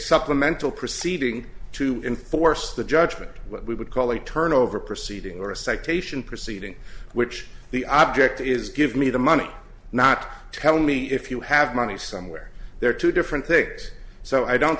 supplemental proceeding to enforce the judgment what we would call a turnover proceeding or a citation proceeding which the object is give me the money not tell me if you have money somewhere there are two different things so i don't